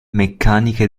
meccaniche